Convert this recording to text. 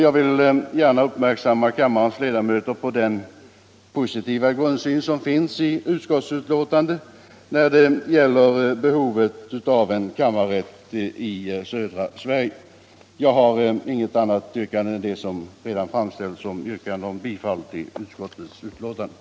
Jag vill gärna fästa kammarens ledamöters uppmärksamhet på den positiva grundton som finns i utskottsbetänkandet när det gäller behovet av en kammarrätt i södra Sverige. Jag har inget annat yrkande än om bifall till utskottets hemställan.